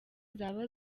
zaba